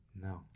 No